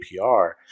APR